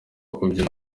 kubyina